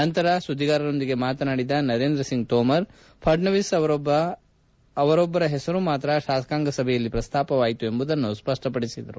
ನಂತರ ಸುದ್ದಿಗಾರರೊಂದಿಗೆ ಮಾತನಾಡಿದ ನರೇಂದ್ರ ಸಿಂಗ್ ತೋಮರ್ ಫಡ್ನವೀಸ್ ಅವರೊಬ್ಬರ ಹೆಸರು ಮಾತ್ರ ಶಾಸಕಾಂಗ ಸಭೆಯಲ್ಲಿ ಪ್ರಸ್ತಾಪವಾಯಿತು ಎಂಬುದನ್ನು ಸ್ಪಷ್ಟಪಡಿಸಿದರು